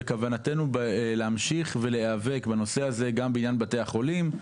בכוונתנו להמשיך ולהיאבק בנושא הזה גם בעניין בתי החולים.